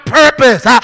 purpose